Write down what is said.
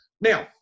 now